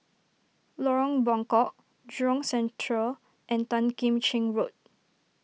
Lorong Buangkok Jurong Central and Tan Kim Cheng Road